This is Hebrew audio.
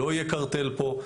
לא יהיה קרטל פה,